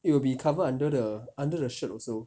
it will be covered under the under the shirt also